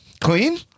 clean